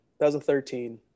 2013